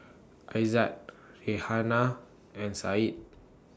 Aizat Raihana and Said